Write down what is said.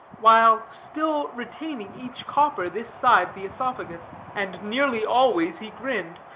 while still retaining each copper this side the oesophagus. and nearly always he grinned,